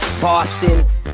Boston